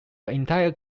entire